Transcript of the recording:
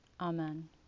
Amen